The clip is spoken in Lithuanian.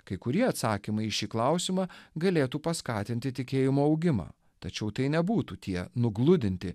kai kurie atsakymai į šį klausimą galėtų paskatinti tikėjimo augimą tačiau tai nebūtų tie nugludinti